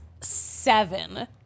seven